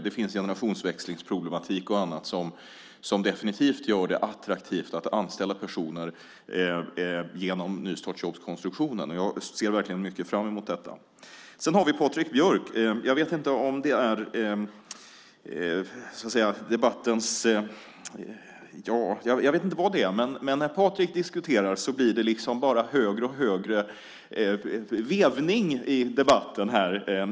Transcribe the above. Det finns generationsväxlingsproblematik och annat som definitivt gör det attraktivt att anställa personer genom nystartsjobbskonstruktionen. Jag ser verkligen fram emot detta. När Patrik Björck diskuterar blir det bara högre och högre vevning i debatten.